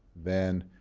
then